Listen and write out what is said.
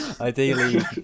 ideally